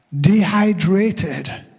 dehydrated